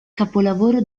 capolavoro